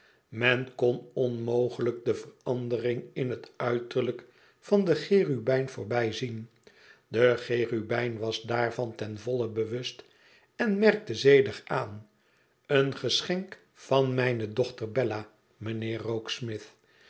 men kon onmogelijk de verandering in het uiterlijk van den cherubijn voorbijzien de cherubijn was daarvan ten volle bewust en merkte zedig aan ten geschenk van mijne dochter bella mijnheer